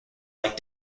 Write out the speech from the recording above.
like